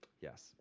Yes